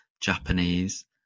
Japanese